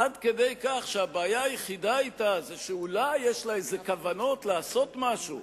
עד כדי כך שהבעיה היחידה אתה היא שאולי יש לה כוונות כלשהן לעשות משהו,